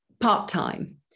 part-time